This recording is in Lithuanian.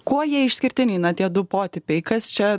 kuo jie išskirtiniai tie du potipiai kas čia